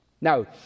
Now